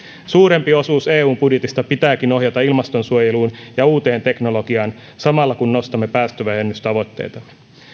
suurempi osuus eun budjetista pitääkin ohjata ilmastonsuojeluun ja uuteen teknologiaan samalla kun nostamme päästövähennystavoitteitamme